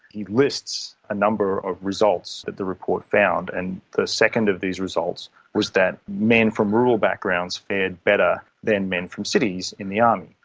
he lists a number of results that the report found, and the second of these results was that men from rural backgrounds fared better than men from cities in the army.